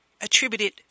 attributed